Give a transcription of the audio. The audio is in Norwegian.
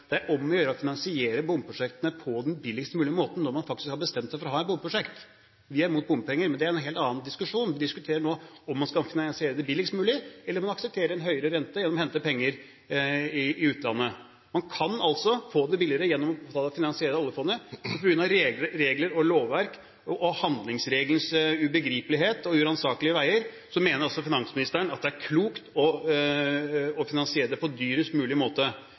det er om å gjøre å finansiere bomprosjektene på den billigst mulige måten når man faktisk har bestemt seg for å ha bomprosjekt. Vi er mot bompenger, men det er en helt annen diskusjon. Vi diskuterer nå om man skal finansiere det billigst mulig, eller om man aksepterer en høyere rente ved å hente penger i utlandet. Man kan altså få det billigere ved å finansiere det gjennom oljefondet, men på grunn av regler og lovverk – og handlingsregelens ubegripelighet og uransakelige veier – mener altså finansministeren at det er klokt å finansiere det på dyrest mulig måte.